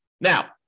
Now